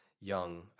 young